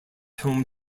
home